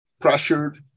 pressured